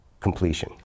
completion